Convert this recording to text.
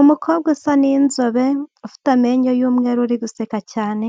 Umukobwa usa n'inzobe ufite amenyo y'umweru uri guseka cyane